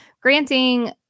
granting